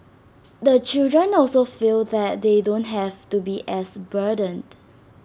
the children also feel that they don't have to be as burdened